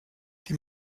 die